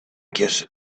get